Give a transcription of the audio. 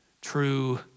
true